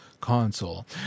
console